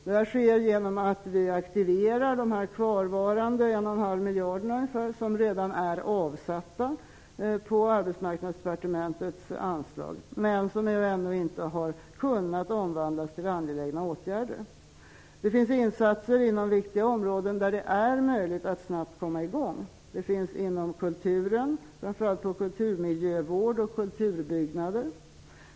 Det sker genom att vi aktiverar de kvarvarande 1,5 miljarder kronor som redan är avsatta i Arbetsmarknadsdepartementets anslag, men som ännu inte kunnat omvandlas till angelägna åtgärder. Det gäller insatser inom viktiga områden där det är möjligt att snabbt komma i gång. Det finns viktiga insatser att göra inom kulturen, framför allt när det gäller kulturmiljövård och kulturbyggnader.